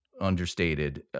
understated